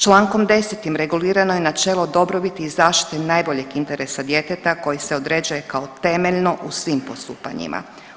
Člankom 10. regulirano je načelo dobrobiti i zaštite najboljeg interesa djeteta koji se određuje kao temeljno u svim postupanjima.